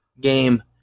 game